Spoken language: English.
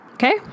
Okay